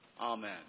Amen